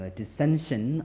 dissension